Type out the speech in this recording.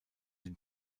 den